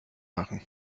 machen